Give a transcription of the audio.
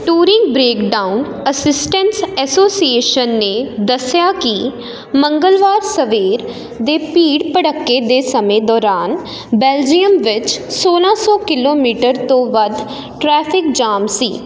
touring breakdown assistants association ਨੇ ਦੱਸਿਆ ਕਿ ਮੰਗਲਵਾਰ ਸਵੇਰ ਦੇ ਭੀੜ ਭੜੱਕੇ ਦੇ ਸਮੇਂ ਦੌਰਾਨ ਬੈਲਜੀਅਮ ਵਿੱਚ ਸੋਲਾਂ ਸੋ ਕਿਲੋਮੀਟਰ ਤੋਂ ਵੱਧ ਟ੍ਰੈਫਿਕ ਜਾਮ ਸੀ